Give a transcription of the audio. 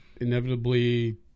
inevitably